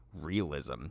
realism